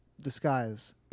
disguise